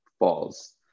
Balls